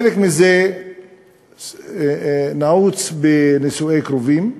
חלק מזה נעוץ בנישואי קרובים,